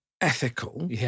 ethical